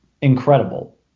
incredible